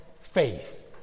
faith